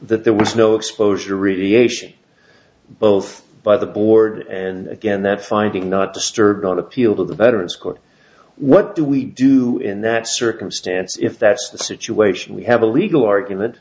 that there was no exposure radiation both by the board and again that finding not disturbed got appeal to the veterans court what do we do in that circumstance if that's the situation we have a legal argument